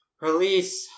release